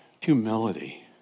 humility